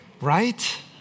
Right